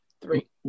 three